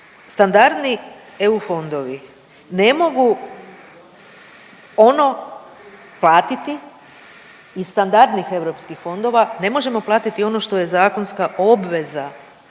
Standardni EU fondovi ne mogu ono platiti iz standardnih europskih fondova, ne možemo platiti ono što je zakonska obveza pojedinih